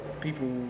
people